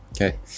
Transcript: Okay